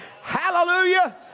Hallelujah